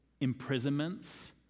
imprisonments